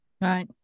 Right